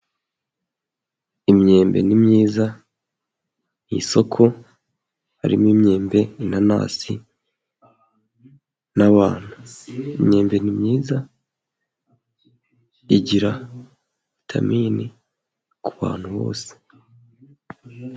Imyembe ni myiza, mu isoko harimo imyembe, inanasi n'abantu. Imyembe ni myiza, igira vitamini ku bantu bose.